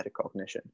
metacognition